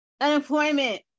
unemployment